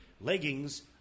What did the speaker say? leggings